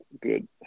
good